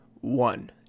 one